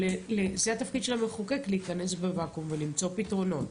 שזה התפקיד של המחוקק להיכנס לוואקום ולמצוא פתרונות.